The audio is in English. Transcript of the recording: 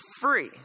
free